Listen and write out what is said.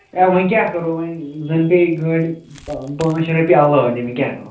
ہے وۅنۍ کیٛاہ کَرو وۅنۍ زَن پیٚیہِ گاڑِ پانٛژھ شیٚے رۄپیہِ علاوٕ دِنۍ وۅنۍ کیٛاہ کرو